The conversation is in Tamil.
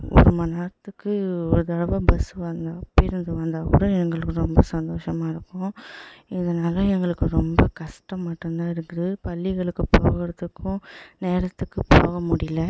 ஒரு மணி நேரத்துக்கு ஒரு தடவை பஸ் வ பேருந்து வந்தால் கூட எங்களுக்கு ரொம்ப சந்தோஷமாக இருக்கும் இதனால எங்களுக்கு ரொம்ப கஷ்டம் மட்டும் தான் இருக்குது பள்ளிகளுக்கு போகிறத்துக்கும் நேரத்துக்கு போக முடியல